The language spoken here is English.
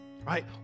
Right